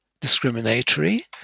discriminatory